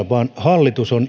vaan hallitus on